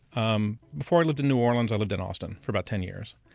um before i lived in new orleans, i lived in austin for about ten years.